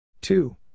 Two